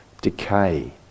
decay